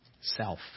Self